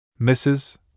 Mrs